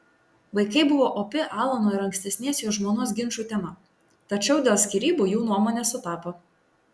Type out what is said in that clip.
vaikai buvo opi alano ir ankstesnės jo žmonos ginčų tema tačiau dėl skyrybų jų nuomonės sutapo